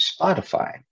Spotify